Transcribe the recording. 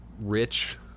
rich